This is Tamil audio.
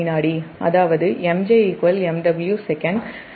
அதாவது MJ MW sec